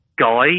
guy